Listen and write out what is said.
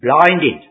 blinded